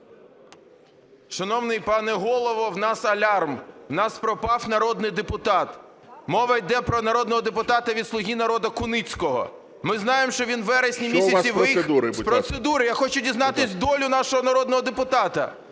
Шановний пане Голово, у нас алярм, у нас пропав народний депутат. Мова йде про народного депутата від "Слуга народу" Куницького. Ми знаємо, що він у вересні місяці… ГОЛОВУЮЧИЙ. Що у вас з процедури, будь ласка? ГОНЧАРЕНКО О.О. З процедури, я хочу дізнатися долю нашого народного депутата.